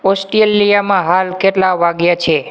ઓસ્ટ્રેલિયામાં હાલ કેટલા વાગ્યા છે